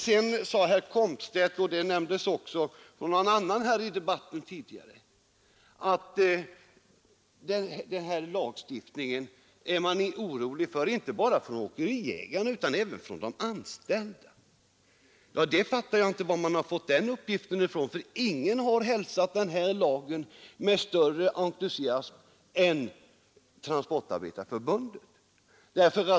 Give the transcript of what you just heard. Sedan sade herr Komstedt, och det nämndes också av någon annan i debatten tidigare, att inte bara åkeriägarna utan även de anställda är oroade på grund av denna lagstiftning. Jag förstår inte varifrån man har fått den uppgiften. Ingen har hälsat denna lag med större entusiasm än Transportarbetareförbundet.